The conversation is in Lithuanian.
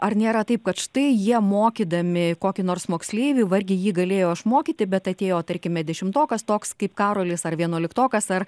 ar nėra taip kad štai jie mokydami kokį nors moksleivį vargiai jį galėjo išmokyti bet atėjo tarkime dešimtokas toks kaip karolis ar vienuoliktokas ar